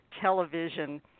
television